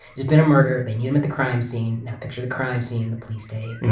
there's been a murder, they need him at the crime scene. now picture the crime scene, the police tape,